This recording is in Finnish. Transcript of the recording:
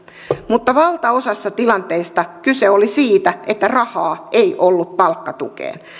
mutta valtaosassa tilanteista kyse oli siitä että rahaa ei ollut palkkatukeen